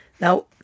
Now